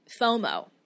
FOMO